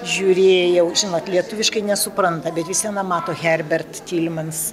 žiūrėjau žinot lietuviškai nesupranta bet vis vieną mato herbert tilimans